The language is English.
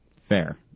Fair